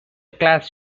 class